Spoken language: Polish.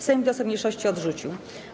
Sejm wniosek mniejszości odrzucił.